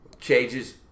changes